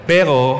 Pero